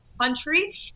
country